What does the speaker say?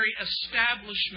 establishment